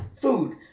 food